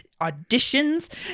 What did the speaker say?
auditions